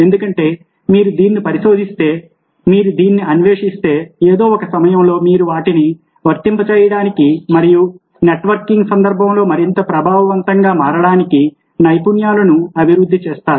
ఎందుకంటే మీరు దీన్ని పరిశోధిస్తే మీరు దీన్ని అన్వేషిస్తే ఏదో ఒక సమయంలో మీరు వాటిని వర్తింపజేయడానికి మరియు నెట్వర్కింగ్ సందర్భంలో మరింత ప్రభావవంతంగా మారడానికి నైపుణ్యాలను అభివృద్ధి చేస్తారు